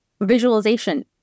Visualization